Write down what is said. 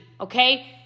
Okay